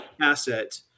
asset